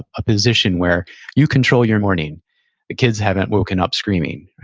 a position where you control your morning. the kids haven't woken up screaming,